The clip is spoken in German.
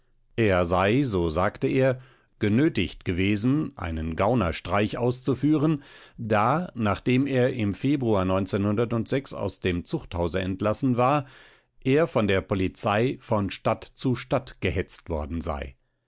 er sei so sagte er genötigt gewesen einen gaunerstreich auszuführen da nachdem er im februar aus dem zuchthause entlassen war er von der polizei von stadt zu stadt gehetzt worden sei